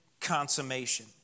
consummation